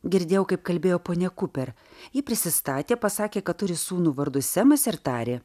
girdėjau kaip kalbėjo ponia kuper ji prisistatė pasakė kad turi sūnų vardu semas ir tarė